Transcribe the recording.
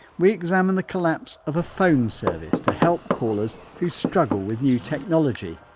we examine the collapse of a phone service to help callers who struggle with new technology,